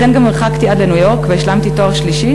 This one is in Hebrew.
לכן גם הרחקתי עד ניו-יורק והשלמתי תואר שלישי